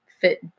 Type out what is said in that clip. fit